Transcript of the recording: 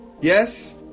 yes